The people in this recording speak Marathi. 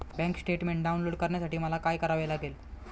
बँक स्टेटमेन्ट डाउनलोड करण्यासाठी मला काय करावे लागेल?